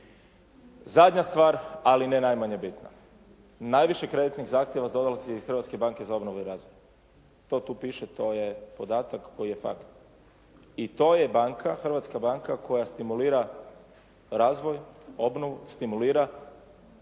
Zadnja stvar ali ne najmanje bitna. Najviše kreditnih zahtjeva donijelo se iz Hrvatske banke za obnovu i razvoj. To tu piše, to je podatak koji je … /Govornik se ne razumije./ … i to je banka, hrvatska banka koja stimulira razvoj, obnovu, stimulira